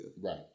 right